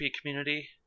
community